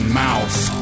mouth